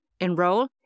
enroll